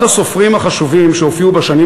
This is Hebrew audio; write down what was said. אחד הספרים החשובים שהופיעו בשנים